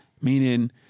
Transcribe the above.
meaning